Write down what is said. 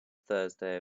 thursday